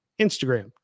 Instagram